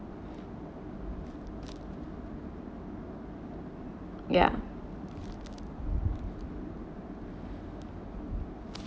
ya